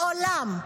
מעולם,